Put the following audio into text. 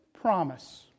promise